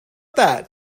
that